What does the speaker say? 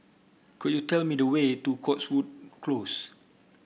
could you tell me the way to Cotswold Close